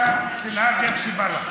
תנהג איך שבא לך.